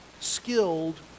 skilled